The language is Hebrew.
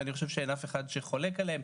ואני חושב שאין אף אחד שחולק עליהם.